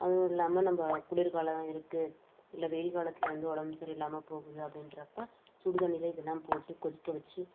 அதுவும் இல்லாமல் நம்ம குளிர்காலம் இருக்குது இல்லை வெயில் காலத்தில் வந்து உடம்பு சரி இல்லாமல் போகுது அப்படின்ட்றப்ப சுடு தண்ணியில் இதெல்லாம் போட்டு கொதிக்க வச்சு